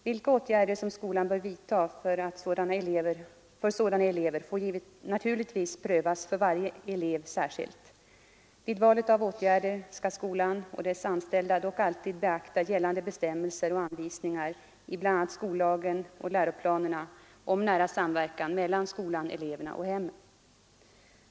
Vilka åtgärder som skolan bör vidta för sådana elever får naturligtvis prövas för varje elev särskilt. Vid valet av åtgärder skall skolan och dess anställda dock alltid beakta gällande bestämmelser och och anvisningar i bl.a. skollagen och läroplanerna om nära samverkan mellan skolan, eleverna och hemmen.